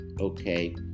okay